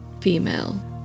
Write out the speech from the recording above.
female